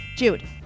Jude